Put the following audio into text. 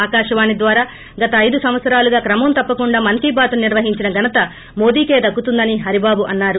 ఆకాశవాణి ద్వారా గత ఐదు సంవత్సరాలుగా క్రమం తప్పకుండా మన్కీ బాత్ను నిర్వహించిన ఘనత మోదీకే దక్కుతుందని హరిబాబు అన్నారు